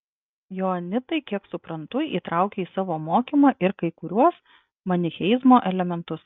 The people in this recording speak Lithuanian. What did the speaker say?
joanitai kiek suprantu įtraukia į savo mokymą ir kai kuriuos manicheizmo elementus